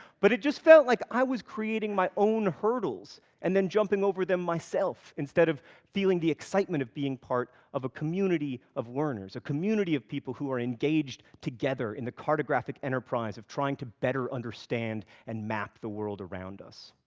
but it just felt like i was creating my own hurdles, and then jumping over them myself, instead of feeling the excitement of being part of a community of learners, a community of people who are engaged together in a cartographic enterprise of trying to better understand and map the world around us.